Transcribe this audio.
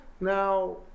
now